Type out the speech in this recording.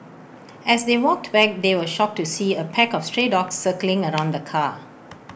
as they walked back they were shocked to see A pack of stray dogs circling around the car